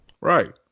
Right